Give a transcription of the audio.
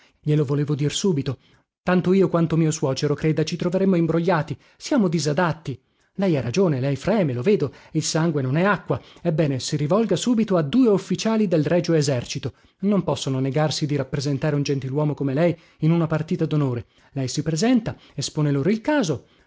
glielo volevo dir subito tanto io quanto mio suocero creda ci troveremmo imbrogliati siamo disadatti lei ha ragione lei freme lo vedo il sangue non è acqua ebbene si rivolga subito a due ufficiali del regio esercito non possono negarsi di rappresentare un gentiluomo come lei in una partita donore lei si presenta espone loro il caso